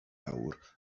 awr